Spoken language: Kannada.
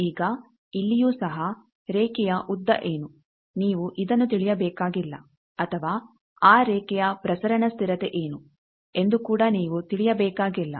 ಈಗ ಇಲ್ಲಿಯೂ ಸಹ ರೇಖೆಯ ಉದ್ದ ಏನು ನೀವು ಇದನ್ನು ತಿಳಿಯಬೇಕಾಗಿಲ್ಲ ಅಥವಾ ಆ ರೇಖೆಯ ಪ್ರಸರಣ ಸ್ಥಿರತೆ ಏನು ಎಂದು ಕೂಡ ನೀವು ತಿಳಿಯಬೇಕಾಗಿಲ್ಲ